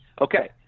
okay